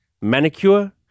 manicure